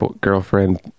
girlfriend